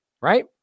right